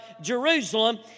Jerusalem